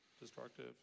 destructive